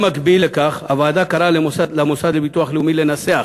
במקביל לכך, הוועדה קראה למוסד לביטוח לאומי לנסח